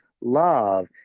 love